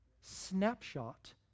snapshot